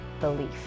belief